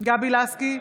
גבי לסקי,